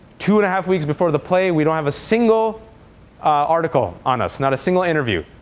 two and a half weeks before the play, we don't have a single article on us, not a single interview.